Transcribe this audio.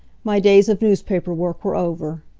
my days of newspaper work were over.